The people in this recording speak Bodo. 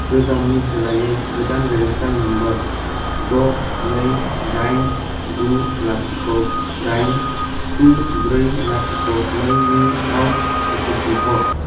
गोजामनि सोलायै गोदान रेजिस्टार्ड नाम्बार द' नै दाइन गु लाथिख' दाइन स्नि ब्रै लाथिख' नै नैआव अ टि पि हर